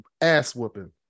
ass-whooping